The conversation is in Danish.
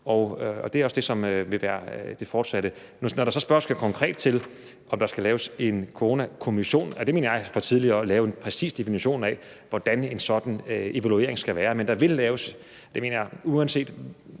Og det er også det, der vil være det fortsatte. Når der så spørges konkret til, om der skal laves en coronakommission, vil jeg sige, at det mener jeg er for tidligt at lave en præcis definition af, altså hvordan en sådan evaluering skal være. Men uanset hvor lang tid